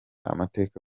amateka